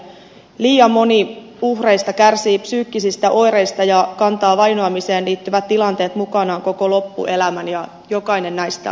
liian moni uhreista kärsii psyykkisistä oireista ja kantaa vainoamiseen liittyvät tilanteet mukanaan koko loppuelämän ja jokainen näistä on liikaa